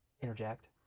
interject